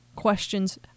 Questions